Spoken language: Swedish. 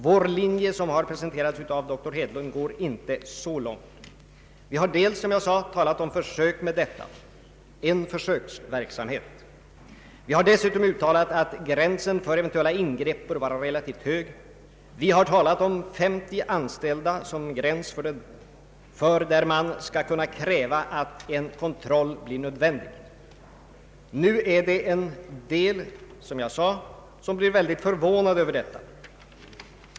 Vår linje, som har presenterats av doktor Hedlund, går inte så långt. Vi talar om en försöksverksamhet och vi framhåller dessutom att gränsen för eventuella ingrepp bör vara relativt hög — vi har talat om 30 anställda som en gräns där man skall kunna kräva en kontroll. En del människor har, som jag sade, blivit mycket förvånade över detta.